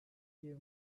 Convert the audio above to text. few